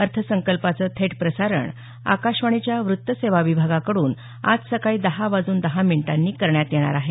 अर्थसंकल्पाचं थेट प्रसारण आकाशवाणीच्या वृत्तसेवा विभागाकड्रन आज सकाळी दहा वाजून दहा मिनिटांनी करण्यात येणार आहे